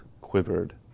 quivered